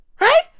Right